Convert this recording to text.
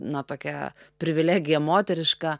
na tokia privilegija moteriška